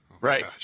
Right